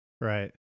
Right